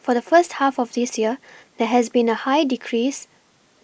for the first half of this year there has been a high decrease